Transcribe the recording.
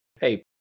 hey